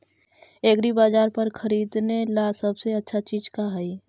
एग्रीबाजार पर खरीदने ला सबसे अच्छा चीज का हई?